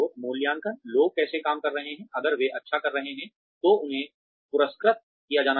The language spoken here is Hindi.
मूल्यांकन लोग कैसे काम कर रहे हैं अगर वे अच्छा कर रहे हैं तो उन्हें पुरस्कृत किया जाना चाहिए